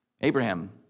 Abraham